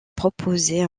proposait